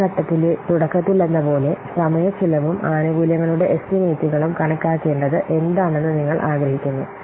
ആദ്യഘട്ടത്തിലെ തുടക്കത്തിലെന്നപോലെ സമയച്ചെലവും ആനുകൂല്യങ്ങളുടെ എസ്റ്റിമേറ്റുകളും കണക്കാക്കേണ്ടത് എന്താണെന്ന് നിങ്ങൾ ആഗ്രഹിക്കുന്നു